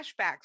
flashbacks